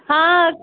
हँ